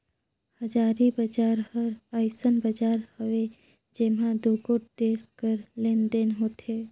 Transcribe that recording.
हाजरी बजार हर अइसन बजार हवे जेम्हां दुगोट देस कर लेन देन होथे